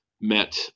met